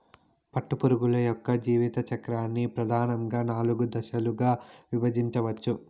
పట్టుపురుగు యొక్క జీవిత చక్రాన్ని ప్రధానంగా నాలుగు దశలుగా విభజించవచ్చు